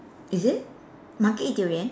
is it monkey eat durian